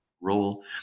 role